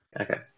okay